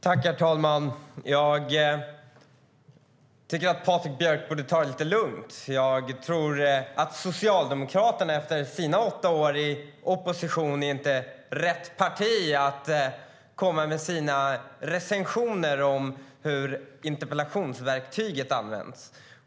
Herr talman! Jag tycker att Patrik Björck borde ta det lite lugnt. Jag tror att Socialdemokraterna efter sina åtta år i opposition inte är rätt parti att komma med recensioner av hur interpellationsverktyget används.